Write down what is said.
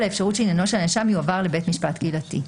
האפשרות שעניינו של הנאשם יועבר לבית משפט קהילתי".